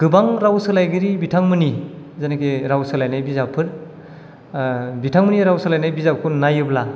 गोबां राव सोलायगिरि बिथांमोननि जेनाखि राव सोलायनाय बिजाबफोर बिथांमोननि राव सोलायनाय बिजाबखौ नायोब्ला